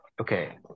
Okay